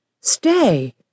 Stay